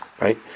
right